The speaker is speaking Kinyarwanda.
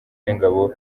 n’ingabo